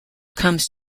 comes